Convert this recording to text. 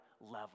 level